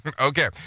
Okay